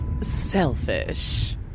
selfish